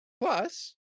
plus